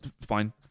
Fine